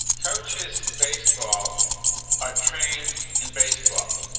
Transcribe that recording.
coaches in baseball are trained in baseball,